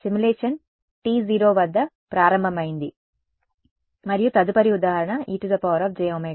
simulation t 0 వద్ద ప్రారంభమైంది మరియు తదుపరి ఉదాహరణ ejωt